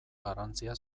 garrantzia